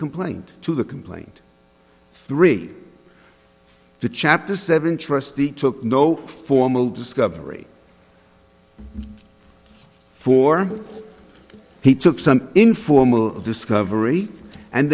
complaint to the complaint three the chapter seven trustee took no formal discovery for he took some informal discovery and